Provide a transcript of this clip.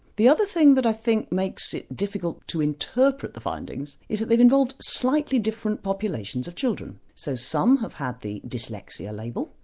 the other thing that i think makes it difficult to interpret the findings is that they've involved slightly different populations of children. so some have had the dyslexia label,